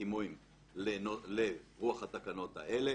שמתאימים לרוח התקנות האלה.